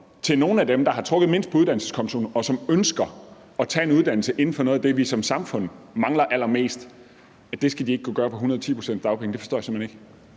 til nogle af dem, der har trukket mindst på uddannelseskontoen, og som ønsker at tage en uddannelse inden for noget af det, vi som samfund mangler allermest. Det skal de ikke kunne gøre på 110 pct. dagpenge. Det forstår jeg simpelt hen ikke.